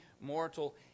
mortal